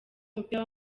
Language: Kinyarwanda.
w’umupira